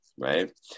Right